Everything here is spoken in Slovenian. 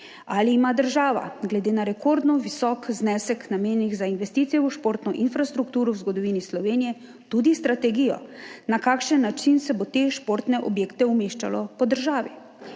ali ima država glede na rekordno visok znesek, namenjen za investicije v športno infrastrukturo v zgodovini Slovenije, tudi strategijo, na kakšen način se bo te športne objekte umeščalo po državi,